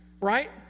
right